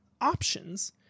options